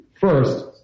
First